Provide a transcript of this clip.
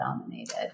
dominated